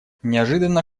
неожиданно